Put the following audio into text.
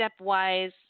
stepwise